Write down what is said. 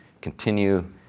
continue